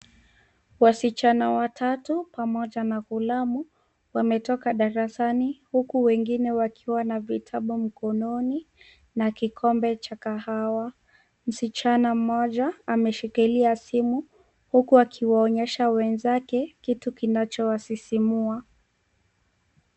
Wasichana watatu pamoja na gulamu wametoka darasani huku wengine wakiwa na vitabu mkononi na kikombe cha kahawa. Msichana mmoja ameshikilia simu huku akiwaonyesha wenzake kitu kinachowasisimua.